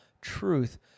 truth